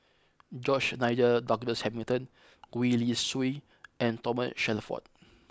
George Nigel Douglas Hamilton Gwee Li Sui and Thomas Shelford